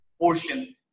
portion